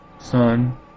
son